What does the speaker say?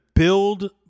Build